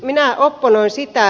minä opponoin sitä